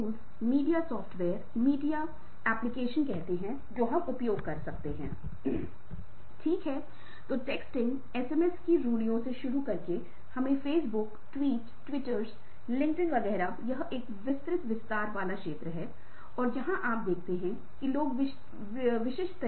जिसके परिणामस्वरूप कुछ समय बाद वह अपनी नौकरी को पूरा नहीं कर सका और उसने प्रबंधन को फिर से राजी कर लिया और अनुनय और प्रबंधन की मंजूरीसे फिरसे अपने पहले प्यार में लौट आया जो विक्रेता है और वह फिर से कंपनी के पुराने स्टॉक को बेच दिया